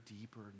deeper